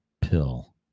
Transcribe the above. pill